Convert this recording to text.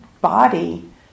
body